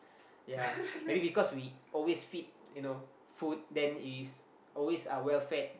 ya maybe because we always feed you know food then it is always uh well fed